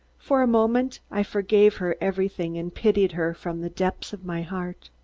for a moment i forgave her everything and pitied her from the depths of my heart.